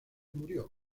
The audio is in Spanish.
murió